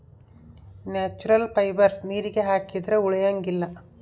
natural fibres ನೀರಿಗೆ ಹಾಕಿದ್ರೆ ಉಳಿಯಂಗಿಲ್ಲ